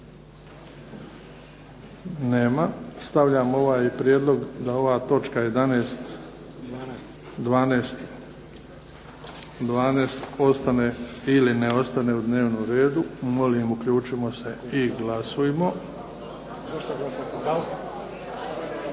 Nema. Stavljam ovaj prijedlog da ova točka 12. ostane ili ne ostane u dnevnom redu. Molim uključimo se i glasujmo. Glasuje se